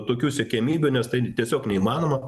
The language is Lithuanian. tokių siekiamybių nes tai tiesiog neįmanoma